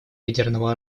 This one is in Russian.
ядерного